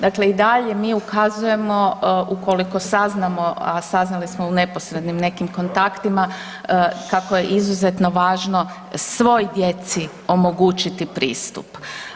Dakle i dalje mi ukazujemo ukoliko saznamo, a saznali smo u neposrednim nekim kontaktima kako je izuzetno važno svoj djeci omogućiti pristup.